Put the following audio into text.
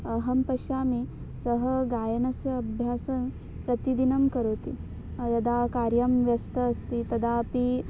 अहं पश्यामि सः गायनस्य अभ्यासं प्रतिदिनं करोति यदा कार्ये व्यस्तः अस्ति तदापि